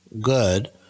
good